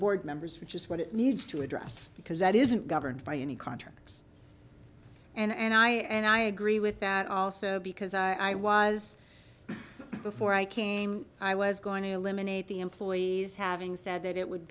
board members which is what it needs to address because that isn't governed by any contracts and i and i agree with that also because i was before i came i was going to eliminate the employees having said that it would